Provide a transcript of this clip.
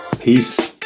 peace